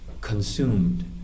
consumed